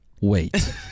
wait